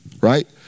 right